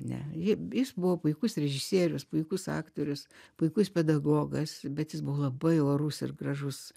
ne ji jis buvo puikus režisierius puikus aktorius puikus pedagogas bet jis buvo labai orus ir gražus